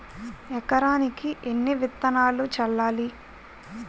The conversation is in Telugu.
ఎకరానికి ఎన్ని విత్తనాలు చల్లాలి?